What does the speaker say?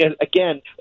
Again